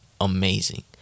amazing